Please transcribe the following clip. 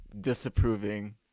disapproving